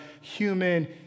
human